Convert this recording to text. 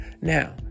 Now